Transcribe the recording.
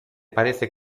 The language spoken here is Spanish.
parece